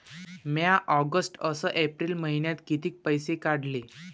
म्या ऑगस्ट अस एप्रिल मइन्यात कितीक पैसे काढले?